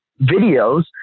videos